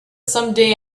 someday